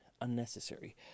unnecessary